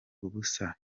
ubusa